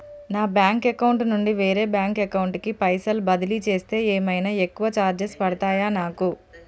నా bank account నుండి వేరే బ్యాంక్ అకౌంట్ కి పైసల్ బదిలీ చేస్తే ఏమైనా ఎక్కువ చార్జెస్ పడ్తయా నాకు?